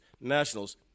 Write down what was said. Nationals